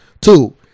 Two